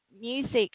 music